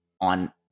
on